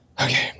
Okay